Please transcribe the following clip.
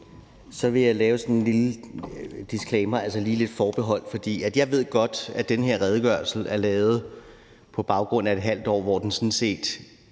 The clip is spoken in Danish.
vil jeg lave sådan en lille disclaimer, altså lige tage et forbehold, for jeg ved godt, at denne redegørelse er lavet på baggrund af et halvt år, hvor den strategi,